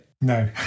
No